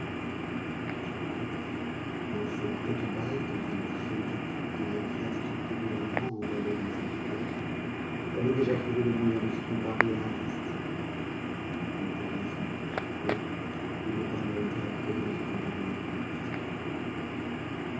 chavarax lancé tête basse dans une édifiante étude de l'ingratitude des gouvernements envers les bons serviteurs avait déjà trouvé le moyen de se comparer à aristide il daigna se montrer généreux il épargna au directeur de se comparer maintenant à christophe colomb